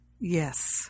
Yes